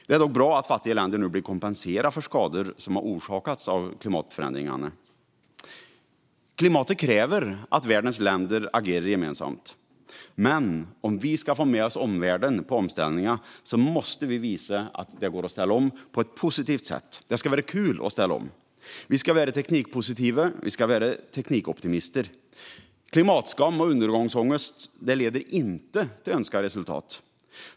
Det är dock bra att fattiga länder nu blir kompenserade för skador som orsakats av klimatförändringarna. Klimatet kräver att världens länder agerar gemensamt. Men om vi ska få med oss omvärlden på omställningen måste vi visa att det går att ställa om på ett positivt sätt. Det ska vara kul att ställa om! Vi ska vara teknikpositiva och teknikoptimister. Klimatskam och undergångsångest leder inte till önskat resultat.